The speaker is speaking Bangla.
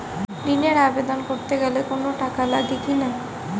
ঋণের আবেদন করতে গেলে কোন টাকা লাগে কিনা?